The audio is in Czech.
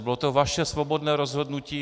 Bylo to vaše svobodné rozhodnutí.